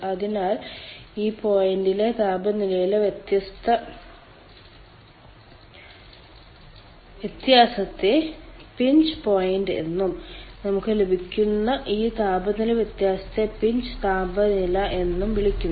അതിനാൽ ഈ പോയിന്റിലെ താപനിലയിലെ വ്യത്യാസത്തെ പിഞ്ച് പോയിന്റ് എന്നും നമുക്ക് ലഭിക്കുന്ന ഈ താപനില വ്യത്യാസത്തെ പിഞ്ച് താപനില എന്നും വിളിക്കുന്നു